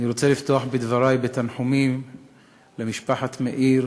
אני רוצה לפתוח בדברי תנחומים למשפחת מאיר